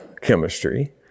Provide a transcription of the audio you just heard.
chemistry